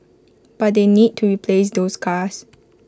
but they need to replace those cars